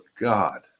God